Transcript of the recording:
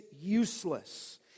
useless